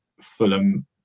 Fulham